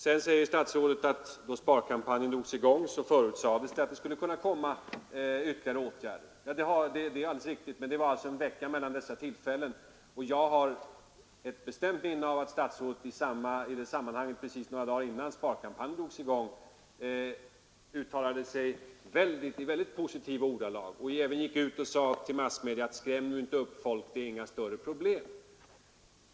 Sedan säger herr statsrådet att då sparkampanjen drogs i gång förutsades att det skulle kunna komma ytterligare åtgärder. Det är alldeles riktigt, men det var alltså bara en vecka mellan dessa tillfällen. Jag har ett bestämt minne av att herr statsrådet i det sammanhanget, precis några dagar innan sparkampanjen drogs i gång, uttalade sig i mycket positiva ordalag och även sade till massmedia: Skräm nu inte upp folk, det är inga större problem!